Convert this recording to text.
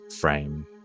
frame